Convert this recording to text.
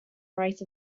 right